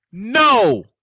No